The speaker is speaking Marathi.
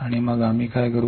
आणि मग आम्ही काय करू